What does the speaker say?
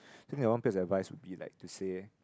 think one piece of advise would be like to say